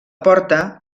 porta